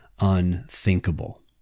unthinkable